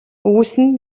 өгүүлсэн